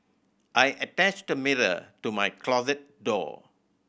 I attached a mirror to my closet door